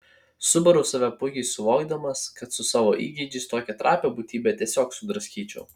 subaru save puikiai suvokdamas kad su savo įgeidžiais tokią trapią būtybę tiesiog sudraskyčiau